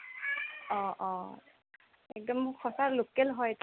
অঁ অঁ একদম সঁঁচা লোকেল হয়